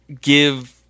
give